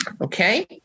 Okay